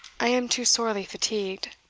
i am too sorely fatigued.